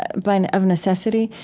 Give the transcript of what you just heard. but of necessity,